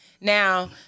Now